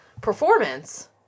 performance